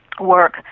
work